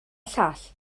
llall